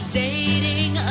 dating